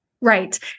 right